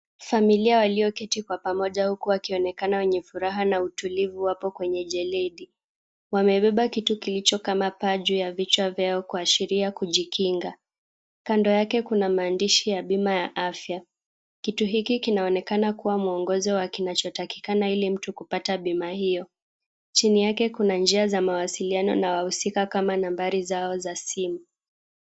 Familia walioketi kwa pamoja huku wakionekana wenye furaha na utulivu hapo kwenye jeledi. Wamebeba kitu kilicho kama paji ya vichwa vyao kuashiria kujikinga. Kando yake kuna maandishi ya bima ya afya. Kitu hiki kinaonekana kuwa mwongozo wa kinachotakikana ili mtu kupata bima hiyo. Chini yake kuna njia za mawasiliano na wahusika nambari zao za simu.